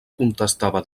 contestava